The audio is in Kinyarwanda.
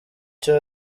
icyo